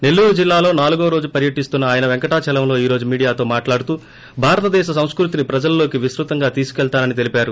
నెల్లూరు జిల్లాలో నాలుగో రోజు పర్యటిస్తున్న ఆయన వెంకటాచలంలో ఈ రోజు మీడియాతో మాట్లాడుతూ భారత దేశ సంస్పతిని ప్రజల్లోకి విస్తృతంగా తీసుకెళ్తానని తెలిపారు